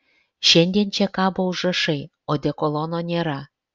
šiandien čia kabo užrašai odekolono nėra